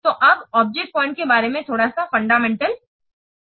तो यह object points के बारे में थोड़ा फंडामेंटल है